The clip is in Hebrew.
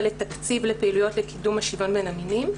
לתקציב לפעילויות לקידום השוויון בין המינים.